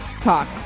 talk